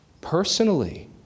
personally